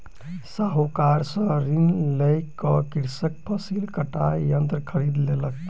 साहूकार से ऋण लय क कृषक फसिल कटाई यंत्र खरीद लेलक